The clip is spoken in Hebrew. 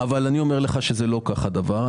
אני אומר לך שלא כך הדבר.